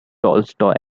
tolstoy